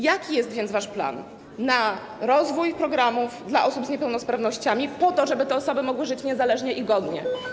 Jaki jest więc wasz plan na rozwój programów dla osób z niepełnosprawnościami, po to żeby te osoby mogły żyć niezależnie i godnie?